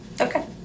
Okay